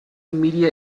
media